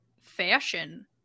fashion